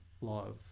love